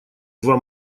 два